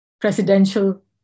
presidential